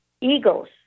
Eagles